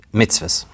mitzvahs